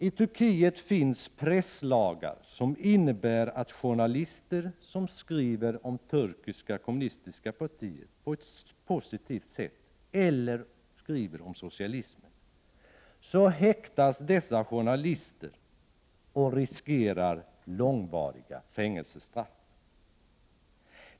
I Turkiet finns det presslagar som innebär att journalister som skriver om det turkiska kommunistpartiet på ett positivt sätt eller om socialismen häktas och riskerar långvariga fängelsestraff.